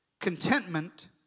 Contentment